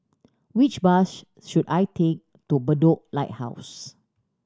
which bus should I take to Bedok Lighthouse